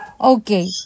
Okay